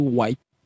White